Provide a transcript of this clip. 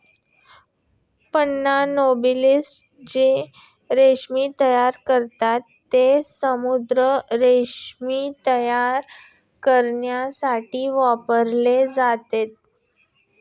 pinna nobilis जे रेशीम तयार करतात, ते समुद्री रेशीम तयार करण्यासाठी वापरले जाते